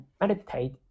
meditate